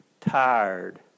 tired